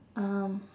um